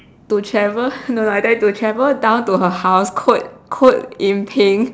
to travel no I tell you to travel down to her house quote quote yin ping